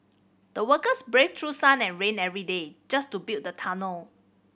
the workers braved through sun and rain every day just to build the tunnel